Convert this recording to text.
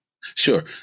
Sure